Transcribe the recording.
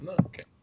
okay